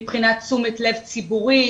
מבחינת תשומת לב ציבורית,